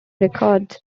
records